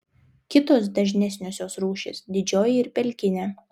kitos dažnesniosios rūšys didžioji ir pelkinė